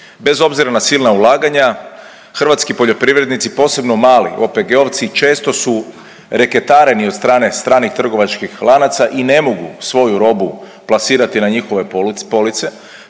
Bez obzira na silna ulaganja hrvatski poljoprivrednici, posebno mali OPG-ovci često su reketareni od strane stranih trgovačkih lanaca i ne mogu svoju robu plasirati na njihove police